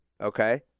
Okay